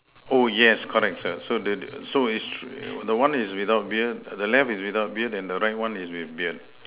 oh yes correct sir so there so the one is without beard the left is without beard and the right one is with beard